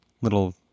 little